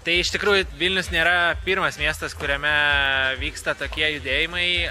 tai iš tikrųjų vilnius nėra pirmas miestas kuriame vyksta tokie judėjimai